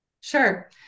Sure